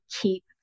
keep